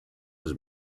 was